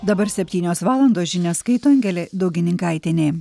dabar septynios valandos žinias skaito angelė daugininkaitienė